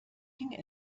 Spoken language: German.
ging